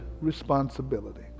responsibility